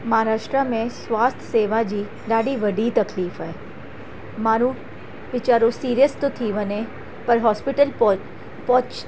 महाराष्ट्रा में स्वास्थ्य सेवा जी ॾाढी वॾी तकलीफ़ आहे माण्हू वेचारो सीरियस थो थी वञे पर हॉस्पीटल पहुच पहुच